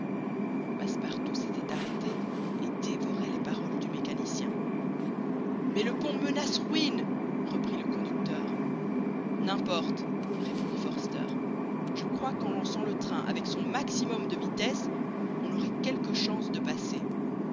passepartout s'était arrêté et dévorait les paroles du mécanicien mais le pont menace ruine reprit le conducteur n'importe répondit forster je crois qu'en lançant le train avec son maximum de vitesse on aurait quelques chances de passer